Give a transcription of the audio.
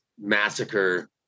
Massacre